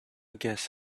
guess